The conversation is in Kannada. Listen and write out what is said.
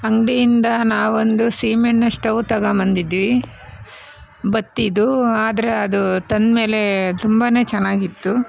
ಅಂಗಡಿಯಿಂದ ನಾವೊಂದು ಸೀಮೆಎಣ್ಣೆ ಸ್ಟೌ ತಗೋಂಬಂದಿದ್ವಿ ಬತ್ತಿಯದು ಆದರೆ ಅದು ತಂದ ಮೇಲೆ ತುಂಬಾನೇ ಚೆನ್ನಾಗಿತ್ತು